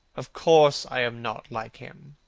of course i am not like him.